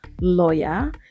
lawyer